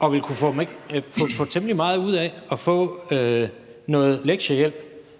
som ville kunne få temmelig meget ud at få noget lektiehjælp,